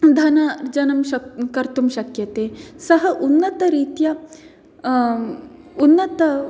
धनार्जनं कर्तं शक्यते सः उन्नतरीत्या उन्नत